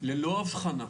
ללא הבחנה,